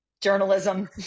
journalism